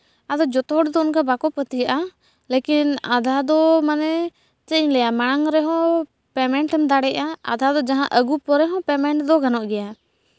ᱟᱫᱚ ᱡᱚᱛᱚ ᱦᱚᱲ ᱫᱚ ᱚᱱᱟᱠᱟ ᱵᱟᱞᱚ ᱯᱟᱹᱛᱭᱟᱹᱜᱼᱟ ᱞᱮᱠᱤᱱ ᱟᱫᱷᱟ ᱫᱚ ᱢᱟᱱᱮ ᱪᱮᱫ ᱤᱧ ᱞᱟᱭᱟᱹ ᱢᱟᱲᱟᱝ ᱨᱮ ᱦᱚᱸ ᱯᱮᱢᱮᱱᱴᱮᱢ ᱫᱟᱲᱮᱭᱟᱜᱼᱟ ᱟᱫᱷᱟ ᱫᱚ ᱡᱟᱦᱟᱸ ᱟᱹᱜᱩ ᱯᱚᱨᱮ ᱦᱚᱸ ᱯᱮᱢᱮᱱᱴ ᱫᱚ ᱜᱟᱱᱚᱜ ᱜᱮᱭᱟ